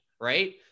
right